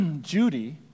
Judy